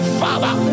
father